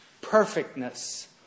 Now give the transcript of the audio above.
perfectness